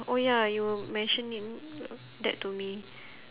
orh ya you mention it that to me